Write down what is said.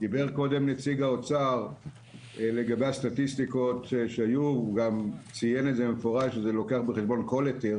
דיבר קודם נציג האוצר לגבי הסטטיסטיקות שהיו וציין במפורש שכל היתר,